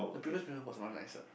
the previous person was much nicer